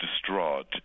distraught